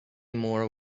more